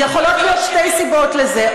יכולות להיות שתי סיבות לזה,